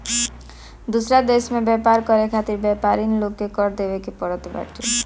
दूसरा देस में व्यापार करे खातिर व्यापरिन लोग के कर देवे के पड़त बाटे